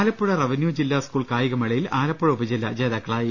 Alappuzha revenue ജില്ലാ school കായികമേളയിൽ ആലപ്പുഴ ഉപജില്ല ജേതാക്കളായി